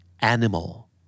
Animal